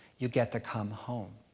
you get to come home.